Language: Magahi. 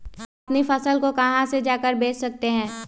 हम अपनी फसल को कहां ले जाकर बेच सकते हैं?